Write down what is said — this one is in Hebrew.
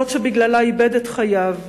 זאת שבגללה איבד את חייו.